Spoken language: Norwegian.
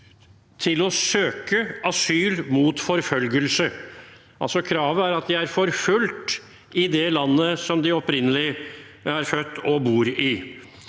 til å søke asyl mot forfølgelse. Kravet er at de er forfulgt i det landet som de opprinnelig er født og bor i.